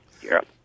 Europe